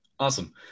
Awesome